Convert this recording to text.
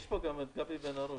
נמצא פה גם גבי בן הרוש